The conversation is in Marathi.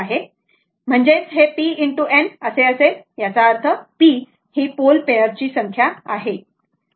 म्हणजेच हे p ✖ n असेल याचा अर्थ p हा p पोल पेयर ची संख्या आहे बरोबर